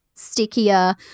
stickier